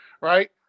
right